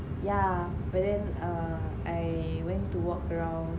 yeah but then err I went to walk around